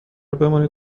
بمانید